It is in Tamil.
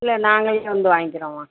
இல்லை நாங்களே வந்து வாங்க்கிறோம்மா